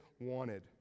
wanted